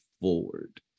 forward